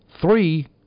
three